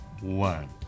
one